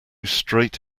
straight